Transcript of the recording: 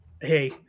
hey